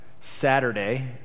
Saturday